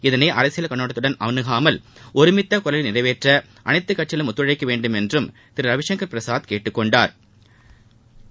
இதளை அரசியல் கண்ணோட்டத்துடன் அணுகாமல் ஒருமித்த குரவில் நிறைவேற்ற அனைத்து கட்சிகளும் ஒத்துழைக்க வேண்டுமென்றும் திரு ரவிசங்கள் பிரசாத் கேட்டுக் கொண்டாா்